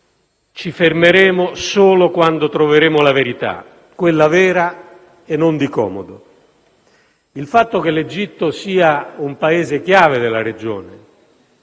ci fermeremo solo quando troveremo la verità, quella vera e non quella di comodo. Il fatto che l'Egitto sia un Paese chiave nella regione